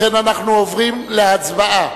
לכן אנו עוברים להצבעה.